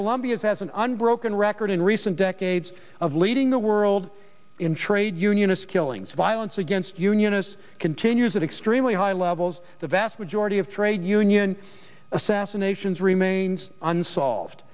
colombia has an unbroken record in recent decades of leading the world in trade unionist killings violence against unionist continues at extremely high levels the vast majority of trade union assassinations remains unsolved